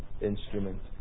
instrument